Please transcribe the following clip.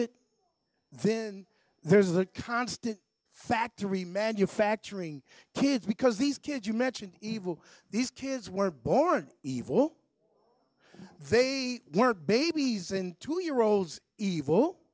it then there's a constant factor remanufacturing kids because these kids you mentioned evil these kids were born evil they weren't babies and two year olds evil